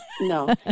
No